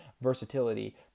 versatility